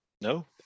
No